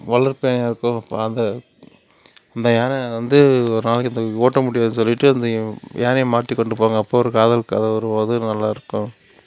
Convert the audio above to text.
வளர்ப்பு யானையாகருக்கும் அப்போ அந்த அந்த யானை வந்து ஒரு நாளைக்கு ஓட்ட முடியாதுன்னு சொல்லிட்டு யானையை மாற்றி கொண்டு போவாங்க அப்போ ஒரு காதல் கதை வரும் அதுவும் நல்லாயிருக்கும்